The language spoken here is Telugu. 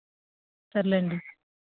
సర్లేండి